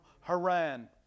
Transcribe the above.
Haran